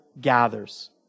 gathers